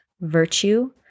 virtue